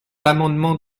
l’amendement